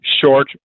short